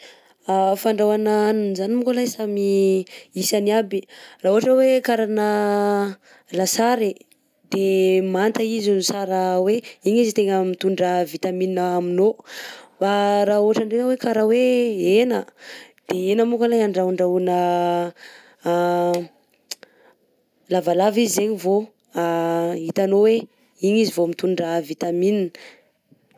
Fandrahoana hanina zany moko alay samy isany aby, raha ohatra hoe karana lasary de manta izy no sara hoe igny izy tegna mitondra vitamine aminao, fa raha ohatra ndreka hoe kara hoe hena de hena moko alay handrahondrahona lavalava izy zegny vao hitanao hoe igny izy vaomitondra vitamine.